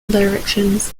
directions